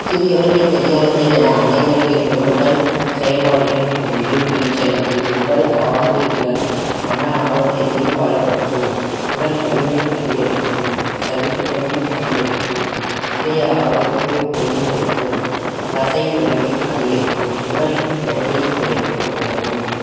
சிறியவர்கள் பெரியவர்கள் என அனைவரும் ஈடுபட உடல் செயல்பாடுகளையும் ஒன்று நீச்சல் இது உடல் ஆரோக்கியத்துடன் மன ஆரோக்கியத்தையும் பலப்படுத்தும் உடல் வலிமை அதிகரிக்கும் சகிப்புத்தன்மை அதிகரிக்கும் இதய ஆரோக்யம் ஒழுங்குப்படுத்தும் தசை வலிமை அதிகரிக்கும் உடல் எடையைக் குறைக்க உதவும்